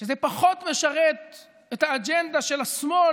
כשזה פחות משרת את האג'נדה של השמאל,